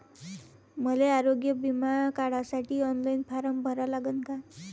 मले आरोग्य बिमा काढासाठी ऑनलाईन फारम भरा लागन का?